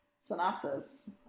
synopsis